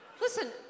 Listen